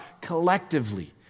collectively